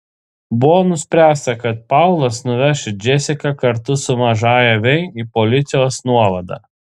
buvo nuspręsta kad paulas nuveš džesiką kartu su mažąja vei į policijos nuovadą